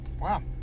wow